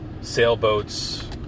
sailboats